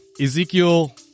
Ezekiel